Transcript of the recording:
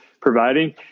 providing